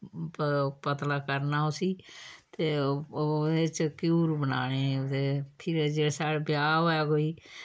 प पतला करना उस्सी ते ओहे ओह्दे च क्यूर बनाने उ'दे फिर जे साढ़ै ब्याह् होऐ कोई